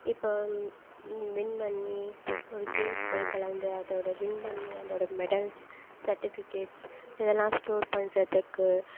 இப்போ வின் பண்ணி ஒரு கேமுக்கு போய் கலந்து அதோட வின் பண்ணி அதோட மெடல்ஸ் சர்டிஃபிகேட்ஸ் இதெல்லாம் ஸ்டாேர் பண்றதுக்கு